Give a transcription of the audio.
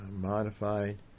modified